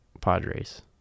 Padres